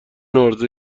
عرضه